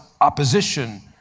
opposition